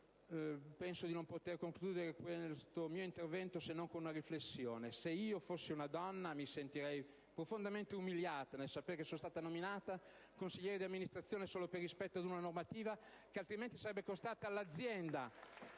non posso che concludere questo mio intervento con una riflessione. Se io fossi una donna, mi sentirei profondamente umiliata nel sapere che sono stata nominata consigliere di amministrazione solo per rispetto ad una normativa che altrimenti sarebbe costata all'azienda